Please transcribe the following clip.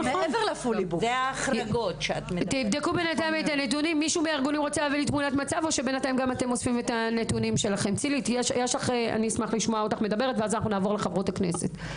תאספו בינתיים את הנתונים ונעבור לשמוע את צילית מעמותת בת